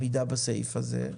עמידה בסעיף הזה.